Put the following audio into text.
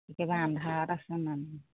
একেবাৰে আন্ধাৰত আছে মানুহ